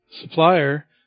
supplier